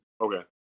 Okay